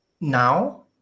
now